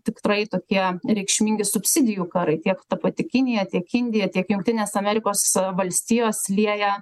tiktrai tokie reikšmingi subsidijų karai kiek ta pati kinija tiek indija tiek jungtinės amerikos valstijos lieja